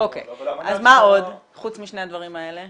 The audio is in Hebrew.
--- אז מה עוד חוץ משני הדברים האלה?